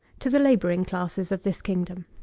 to the labouring classes of this kingdom.